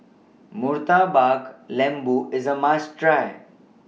Murtabak Lembu IS A must Try